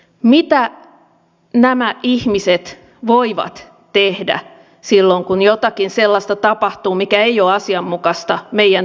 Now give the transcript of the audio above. mitä nämä ihmiset voivat tehdä silloin kun tapahtuu jotakin sellaista mikä ei ole asianmukaista meidän työmarkkinoillamme